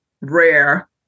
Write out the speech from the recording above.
rare